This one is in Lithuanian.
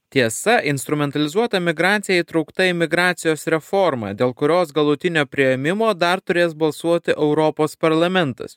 tiesa instrumentalizuota migracija įtraukta į imigracijos reformą dėl kurios galutinio priėmimo dar turės balsuoti europos parlamentas